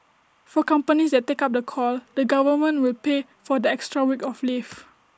for companies that take up the call the government will pay for the extra week of leave